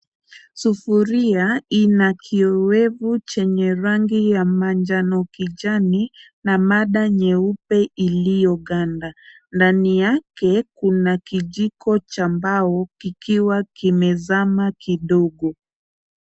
Sufuria ina kiowevu chenye rangi ya manjano kijani na mada nyeupe iliyoganda, ndani yake kuna kijiko chambao kikiwa kimezama kidogo.